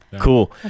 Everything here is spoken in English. Cool